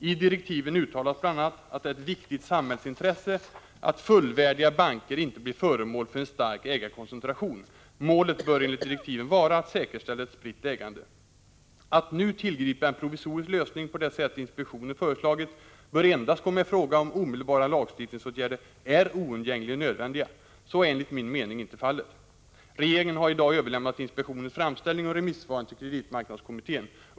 I direktiven uttalas bl.a. att det är ett viktigt samhällsintresse att fullvärdiga banker inte blir föremål för en stark ägarkoncentration. Målet bör enligt direktiven vara att säkerställa ett spritt ägande. Att nu tillgripa en provisorisk lösning på det sätt inspektionen föreslagit bör endast komma i fråga om omedelbara lagstiftningsåtgärder är oundgängligen nödvändiga. Så är enligt min mening inte fallet. Regeringen har i dag överlämnat inspektionens framställning och remissvaren till kreditmarknadskommittén.